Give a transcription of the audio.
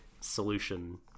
solution